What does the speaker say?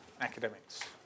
academics